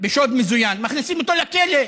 בשוד מזוין, מכניסים אותו לכלא,